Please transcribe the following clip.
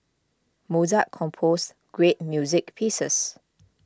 Mozart composed great music pieces